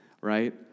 right